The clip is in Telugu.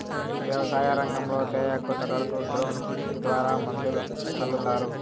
వ్యవసాయ రంగంలో తేయాకు తోటలకు డ్రోన్ ద్వారా మందులు సల్లుతారు